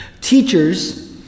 teachers